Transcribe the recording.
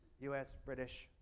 us, british,